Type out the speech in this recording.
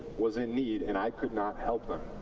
was in need, and i could not help them.